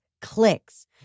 clicks